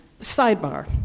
sidebar